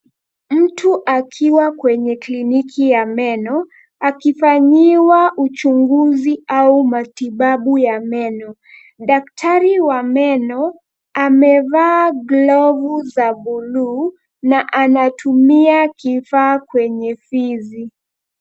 Mtu akiwa kwenye kliniki ya meno akifanyiwa uchunguzi au matibabu ya meno. Daktari wa meno amevaa glovu za bluu na anatumia kifaa kwenye fizi.